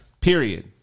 Period